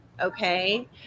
okay